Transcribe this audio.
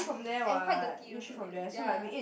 and quite dirty also ya